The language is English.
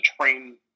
train